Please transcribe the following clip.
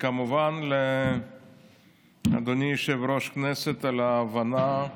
וכמובן לאדוני יושב-ראש הכנסת, על ההבנה.